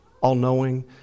all-knowing